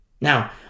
Now